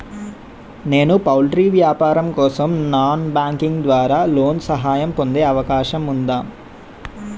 నేను పౌల్ట్రీ వ్యాపారం కోసం నాన్ బ్యాంకింగ్ ద్వారా లోన్ సహాయం పొందే అవకాశం ఉందా?